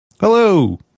Hello